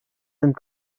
sind